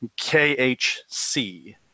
KHC